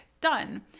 done